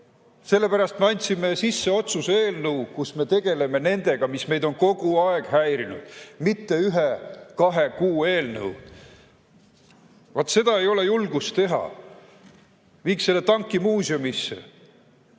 Sellepärast me andsime sisse otsuse eelnõu, kus me tegeleme nendega, mis meid on kogu aeg häirinud, mitte ühe-kahe kuu eelnõu. Vaat seda ei ole julgust teha. Viiks selle tanki muuseumisse,